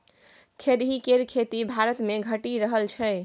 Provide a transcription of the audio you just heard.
खेरही केर खेती भारतमे घटि रहल छै